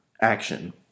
action